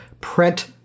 Print